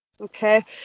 okay